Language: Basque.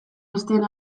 besteen